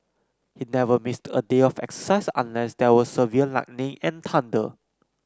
he never missed a day of exercise unless there was severe lightning and thunder